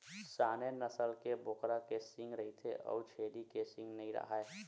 Saanen नसल के बोकरा के सींग रहिथे अउ छेरी के सींग नइ राहय